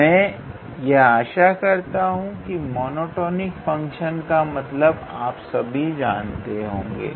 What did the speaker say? मैं यह आशा करता हूं कि मोनोटॉनिक फंक्शन का मतलब आप सभी जानते होंगे